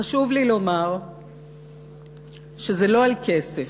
חשוב לי לומר שזה לא על כסף,